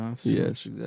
Yes